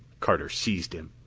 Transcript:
carter seized him.